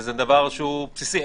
וזה דבר שהוא בסיסי.